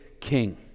king